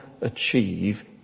achieve